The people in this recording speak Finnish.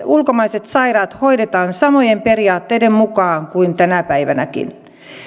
ulkomaiset sairaat hoidetaan samojen periaatteiden mukaan kuin tänä päivänäkin